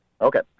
Okay